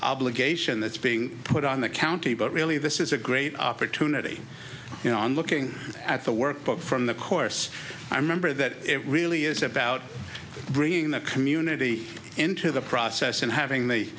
obligation that's being put on the county but really this is a great opportunity and looking at the workbook from the course i remember that it really is about bringing the community into the process and having the